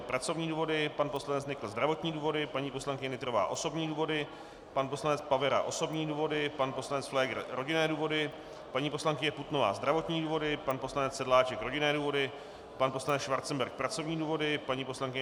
pracovní důvody, pan poslanec Nykl zdravotní důvody, paní poslankyně Nytrová osobní důvody, pan poslanec Pavera osobní důvody, pan poslanec Pfléger rodinné důvody, paní poslankyně Putnová zdravotní důvody, pan poslanec Sedláček rodinné důvody, pan poslanec Schwarzenberg pracovní důvody, paní poslankyně